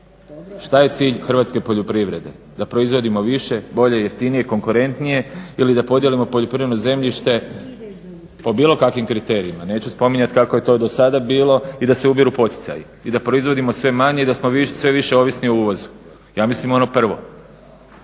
Šta je cilj hrvatske poljoprivrede? Da proizvodimo bolje, više, jeftinije, konkurentnije ili da podijelimo poljoprivredno zemljište po bilo kakvim kriterijima? Neću spominjati kako je to do sada bilo i da se ubiru poticaji i da proizvodimo sve manje i da smo sve više ovisni o uvozu. Ja mislim ono prvo.